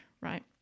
right